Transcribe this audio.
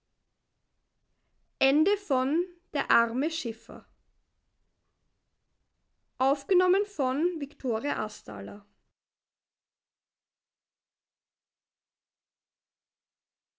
der arme schiffer